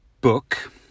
book